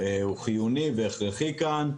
זה חיוני והכרחי כאן.